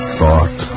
thought